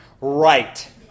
Right